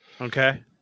Okay